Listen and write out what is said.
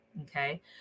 Okay